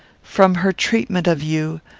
from her treatment of you,